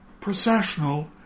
processional